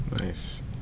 Nice